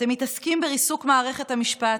אתם מתעסקים בריסוק מערכת המשפט,